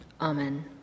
Amen